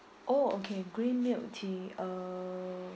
oh okay green milk tea err